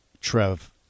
Trev